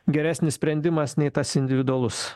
geresnis sprendimas nei tas individualus